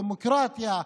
דמוקרטיה,